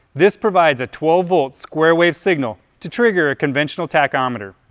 this provides a twelve volt, square wave signal, to trigger a conventional tachometer.